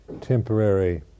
temporary